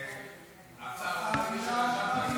--- שתי הצעות.